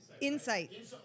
insight